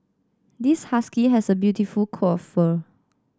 this husky has a beautiful coat of fur